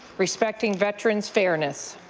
respecting veterans fairness.